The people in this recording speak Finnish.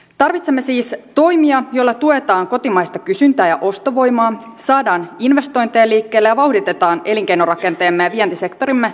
tarvitsemme siis toimia joilla tuetaan kotimaista kysyntää ja ostovoimaa saadaan investointeja liikkeelle ja vauhditetaan elinkeinorakenteemme ja vientisektorimme rakennemuutosta ja uudistumista